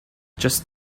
just